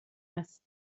است